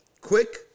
quick